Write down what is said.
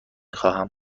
خواهم